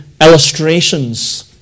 illustrations